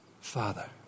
Father